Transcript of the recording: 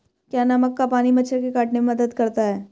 क्या नमक का पानी मच्छर के काटने में मदद करता है?